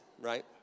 right